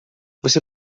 você